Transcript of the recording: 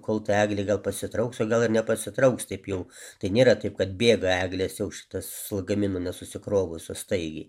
kol ta eglė gal pasitrauks o gal ir nepasitrauks taip jau tai nėra taip kad bėga eglės jau šitas lagaminų nesusikrovusios staigiai